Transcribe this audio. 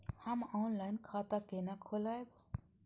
हम ऑनलाइन खाता केना खोलैब?